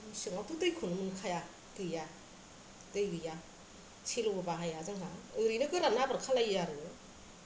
मेसेङावथ' दैखौनो मोनखाया गैया दै गैया सेल'बो बाहाया जोंहा ओरैनो गोरान आबाद खालायो आरो